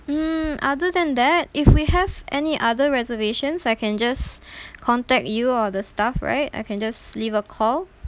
mm other than that if we have any other reservations I can just contact you or the staff right I can just leave a call